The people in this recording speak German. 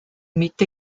mitte